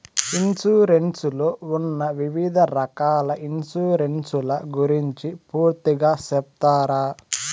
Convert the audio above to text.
Insurance లో ఉన్న వివిధ రకాల ఇన్సూరెన్సు ల గురించి పూర్తిగా సెప్తారా?